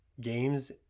games